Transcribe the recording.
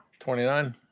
29